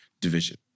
division